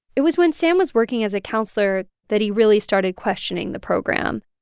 it was when sam was working as a counselor that he really started questioning the program.